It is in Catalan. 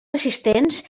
resistents